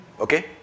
Okay